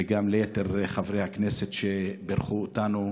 וגם את יתר חברי הכנסת שבירכו אותנו